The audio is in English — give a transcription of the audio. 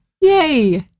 Yay